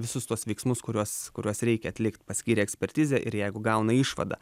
visus tuos veiksmus kuriuos kuriuos reikia atlikt paskyrė ekspertizę ir jeigu gauna išvadą